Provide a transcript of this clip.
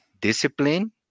discipline